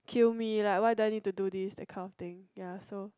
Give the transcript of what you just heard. kill me lah why do I need to do this accounting ya so